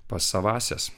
pas savąsias